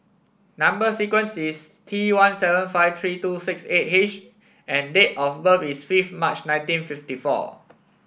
number sequence is T one seven five three two six eight H and date of birth is fifth March nineteen fifty four